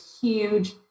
huge